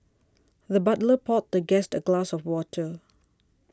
the butler poured the guest a glass of water